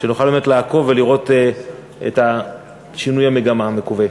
שנוכל באמת לעקוב ולראות את שינוי המגמה המקווה.